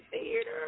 theater